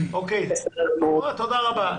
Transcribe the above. תודה רבה.